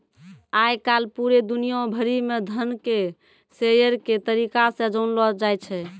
आय काल पूरे दुनिया भरि म धन के शेयर के तरीका से जानलौ जाय छै